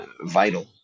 vital